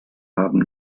haben